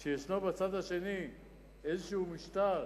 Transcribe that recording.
הוא שיש בצד השני איזה משטר,